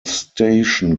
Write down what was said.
station